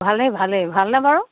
ভালেই ভালেই ভালনে বাৰু